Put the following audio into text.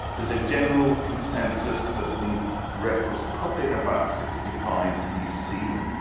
there's a general consensus that the wreck was probably in about sixty five bc,